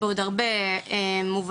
בעוד הרבה מובנים.